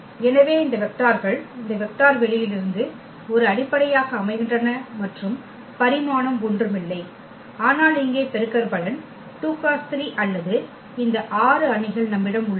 எனவே இந்த வெக்டார்கள் இந்த வெக்டர் வெளியிலிருந்து ஒரு அடிப்படையாக அமைகின்றன மற்றும் பரிமாணம் ஒன்றுமில்லை ஆனால் இங்கே பெருக்கற்பலன் 2 × 3 அல்லது இந்த 6 அணிகள் நம்மிடம் உள்ளன